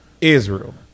Israel